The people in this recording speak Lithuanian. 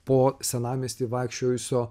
po senamiestį vaikščiojusio